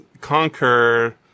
conquer